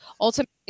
ultimately